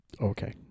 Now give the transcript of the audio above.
Okay